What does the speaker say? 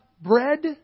bread